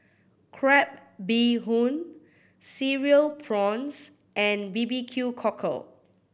crab bee hoon Cereal Prawns and B B Q Cockle